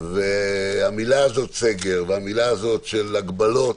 והמילה הזאת "סגר" והמילה הזאת "הגבלות"